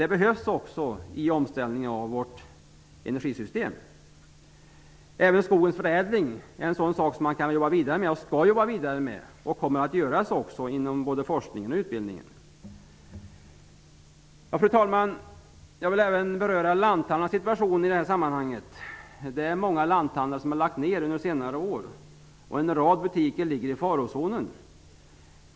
Det behövs för omställningen i vårt energisystem. Även skogsförädlingen är en sådan fråga som vi kan jobba vidare med. Det kommer att ske inom både forskning och utbildning. Fru talman! Jag vill även beröra lanthandlarnas situation i sammanhanget. Många lanthandlare har lagt ned sina butiker under senare år. En rad butiker ligger i farozonen.